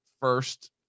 first